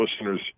listeners